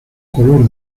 color